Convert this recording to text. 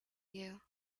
you